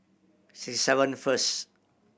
six seven first